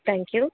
thank you